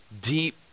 deep